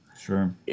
Sure